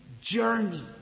journey